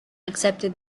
accepted